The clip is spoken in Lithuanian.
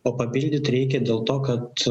o papildyt reikia dėl to kad